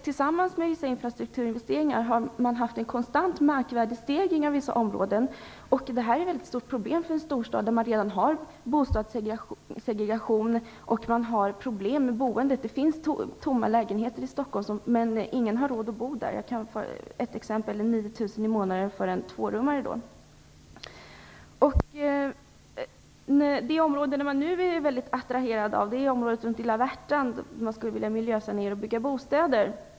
Tillsammans med en massa infrastrukturinvesteringar har man haft en markant markvärdestegring av vissa områden. Detta är ett stort problem för en storstad, där det redan är bostadssegregation och problem med boendet - det finns tomma lägenheter i Stockholm som ingen har råd att bo i. Jag kan som exempel nämna en månadshyra på 9 000 kronor för en tvårummare. Ett av de områden som man nu är väldigt attraherad av är hela området runt Värtan, där man vill miljösanera och bygga bostäder.